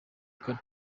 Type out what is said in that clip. kane